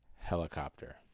helicopter